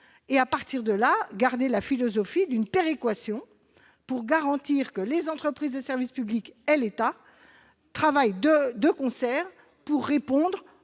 du service, en gardant la philosophie d'une péréquation pour garantir que les entreprises de service public et l'État travaillent de concert pour répondre